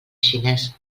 xinesa